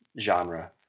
genre